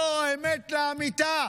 זו האמת לאמיתה.